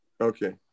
Okay